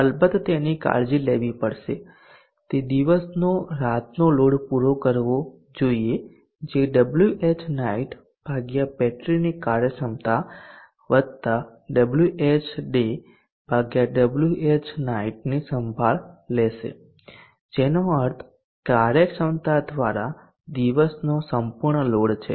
અલબત્ત તેની કાળજી લેવી પડશે તે દિવસનો રાતનો લોડ પૂરો કરવો જોઈએ જે Whnight ભાગ્યા બેટરીની કાર્યક્ષમતા વતા Whday ભાગ્યા Whnight ની સંભાળ લેશે જેનો અર્થ કાર્યક્ષમતા દ્વારા દિવસનો સંપૂર્ણ લોડ છે